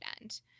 end